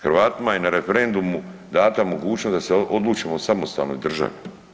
Hrvatima je na referendumu dana mogućnost da se odlučimo o samostalnoj državi.